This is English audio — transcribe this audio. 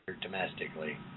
domestically